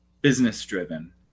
business-driven